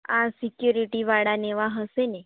આ સિક્યોરિટીવાળા ને એવા હશે ને